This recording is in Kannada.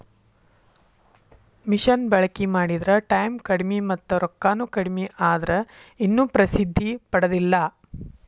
ಮಿಷನ ಬಳಕಿ ಮಾಡಿದ್ರ ಟಾಯಮ್ ಕಡಮಿ ಮತ್ತ ರೊಕ್ಕಾನು ಕಡಮಿ ಆದ್ರ ಇನ್ನು ಪ್ರಸಿದ್ದಿ ಪಡದಿಲ್ಲಾ